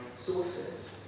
sources